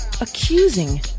Accusing